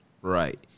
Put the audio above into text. Right